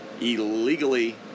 illegally